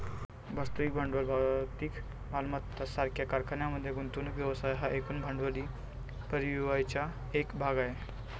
वास्तविक भांडवल भौतिक मालमत्ता सारख्या कारखान्यांमध्ये गुंतवणूक व्यवसाय हा एकूण भांडवली परिव्ययाचा एक भाग आहे